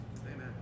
Amen